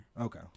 Okay